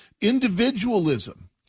Individualism